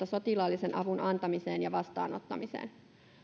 sotilaallisen avun antamiseen ja vastaanottamiseen